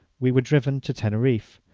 we were driven to teneriffe,